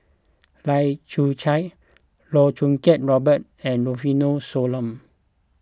Lai Kew Chai Loh Choo Kiat Robert and Rufino Soliano